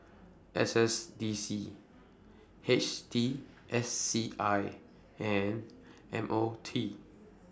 S S D C H T S C I and M O T